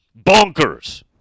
bonkers